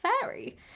fairy